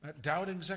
Doubting